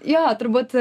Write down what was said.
jo turbūt